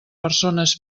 persones